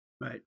Right